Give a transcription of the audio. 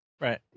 Right